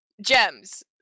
gems